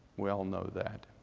we all know that.